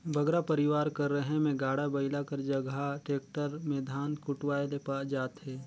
बगरा परिवार कर रहें में गाड़ा बइला कर जगहा टेक्टर में धान कुटवाए ले जाथें